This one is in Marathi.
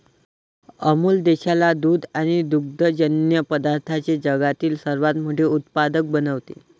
अमूल देशाला दूध आणि दुग्धजन्य पदार्थांचे जगातील सर्वात मोठे उत्पादक बनवते